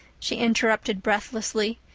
she interrupted breathlessly,